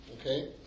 Okay